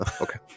Okay